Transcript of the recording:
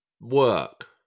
work